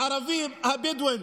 הערבים הבדואים,